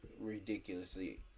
ridiculously